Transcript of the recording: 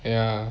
ya